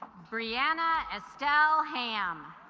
brianna estelle ham